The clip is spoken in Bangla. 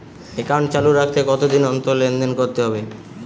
একাউন্ট চালু রাখতে কতদিন অন্তর লেনদেন করতে হবে?